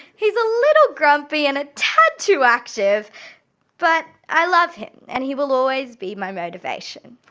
he's a little grumpy and a tad too active but i love him and he will always be my motivation.